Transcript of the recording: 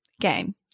game